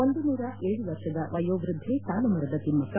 ಒಂದುನೂರ ಏಳು ವರ್ಷದ ವಯೋವೃದ್ಧೆ ಸಾಲು ಮರದ ತಿಮಕ್ಷ